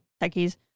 techies